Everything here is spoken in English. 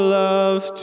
love